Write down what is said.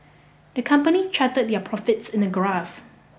the company charted their profits in a graph